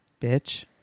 Bitch